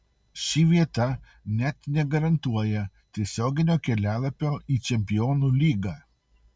ši vieta net negarantuoja tiesioginio kelialapio į čempionų lygą